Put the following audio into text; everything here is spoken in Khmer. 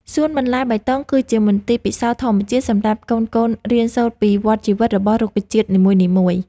សួនបន្លែបៃតងគឺជាមន្ទីរពិសោធន៍ធម្មជាតិសម្រាប់កូនៗរៀនសូត្រពីវដ្តជីវិតរបស់រុក្ខជាតិនីមួយៗ។